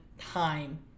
time